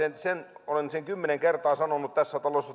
olen sen kymmenen kertaa sanonut tässä talossa